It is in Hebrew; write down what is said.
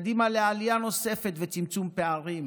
קדימה לעלייה נוספת וצמצום פערים,